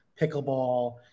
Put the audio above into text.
pickleball